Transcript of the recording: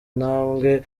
intambwe